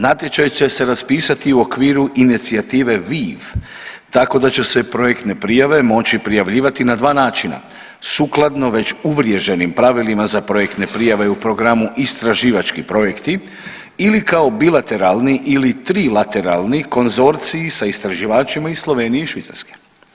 Natječaj će se raspisati u okviru Inicijative VIV, tako da će projektne prijave moći prijavljivati na dva načina, sukladno već uvriježenim pravilima za projekte prijave u programu istraživački projekti ili kao bilateralni ili trilateralni konzorciji sa istraživačima iz Slovenije i Švicarske.